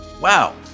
Wow